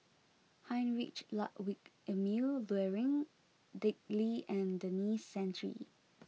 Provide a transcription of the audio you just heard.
Heinrich Ludwig Emil Luering Dick Lee and Denis Santry